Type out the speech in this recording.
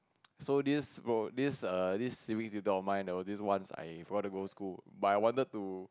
so this book this err this series I got mine this ones I brought it to school but I wanted to